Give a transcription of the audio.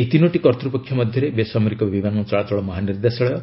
ଏହି ତିନୋଟି କର୍ତ୍ତପକ୍ଷ ମଧ୍ୟରେ ବେସାମରିକ ବିମାନ ଚଳାଚଳ ମହାନିର୍ଦ୍ଦେଶାଳୟ